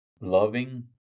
loving